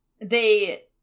they-